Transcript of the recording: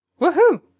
Woohoo